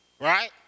right